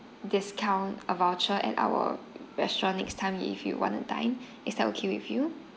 discount a voucher at our restaurant next time if you want to dine is that okay with you